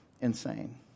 insane